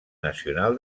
nacional